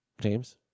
James